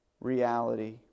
reality